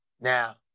Now